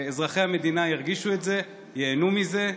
אזרחי המדינה ירגישו את זה, ייהנו מזה,